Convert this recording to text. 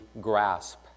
grasp